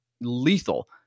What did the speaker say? lethal